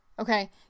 Okay